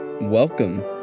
Welcome